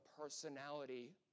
personality